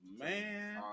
man